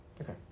Okay